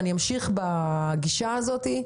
אני אמשיך בגישה הזאת.